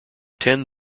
ten